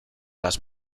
las